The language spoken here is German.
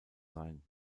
sein